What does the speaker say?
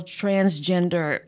transgender